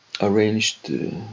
arranged